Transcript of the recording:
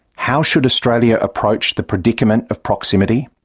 how should australia approach the predicament of proximity?